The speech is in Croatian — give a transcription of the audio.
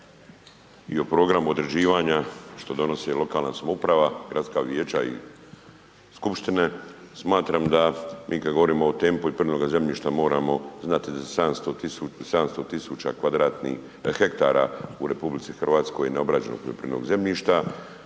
i o programu određivanja što donosi lokalna samouprava gradska vijeća i skupštine smatram da mi kada govorimo o temi poljoprivrednoga zemljišta moramo znati da 700 tisuća kvadratnih, hektara u RH je neobrađeno poljoprivrednog zemljišta.